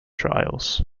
trials